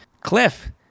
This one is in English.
Cliff